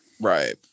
Right